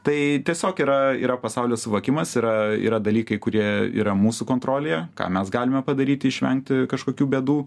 tai tiesiog yra yra pasaulio suvokimas yra yra dalykai kurie yra mūsų kontrolėje ką mes galime padaryti išvengti kažkokių bėdų